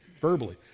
verbally